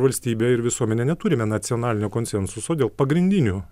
valstybė ir visuomenė neturime nacionalinio konsensuso dėl pagrindinių